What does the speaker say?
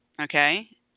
Okay